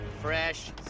Fresh